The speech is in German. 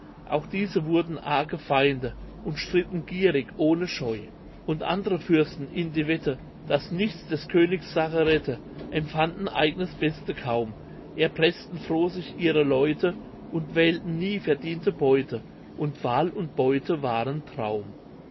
auch diese wurden arge feinde und stritten gierig ohne scheu und andre fürsten in die wette dass nichts des königs sache rette empfanden eignes beste kaum entpressten froh sich ihre leute und wählten nie verdiente beute und wahl und beute waren traum